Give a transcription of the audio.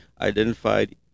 identified